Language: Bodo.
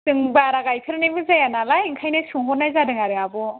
जों बारा गायफेरनायबो जाया नालाय ओंखायनो सोंहरनाय जादों आरो आब'